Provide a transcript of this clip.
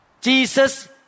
Jesus